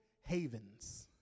Havens